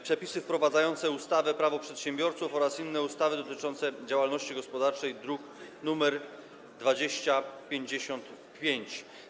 Przepisy wprowadzające ustawę Prawo przedsiębiorców oraz inne ustawy dotyczące działalności gospodarczej, druk nr 2055.